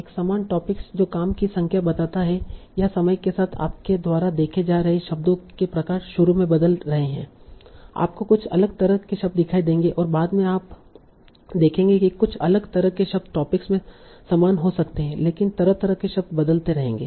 एक समान टोपिक जो काम की संख्या बताता है या समय के साथ आपके द्वारा देखे जा रहे शब्दों के प्रकार शुरू में बदल रहे हैं आपको कुछ अलग तरह के शब्द दिखाई देंगे और बाद में आप देखेंगे कि कुछ अलग तरह के शब्द टोपिक में समान हो सकते हैं लेकिन तरह तरह के शब्द बदलते रहेंगे